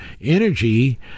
energy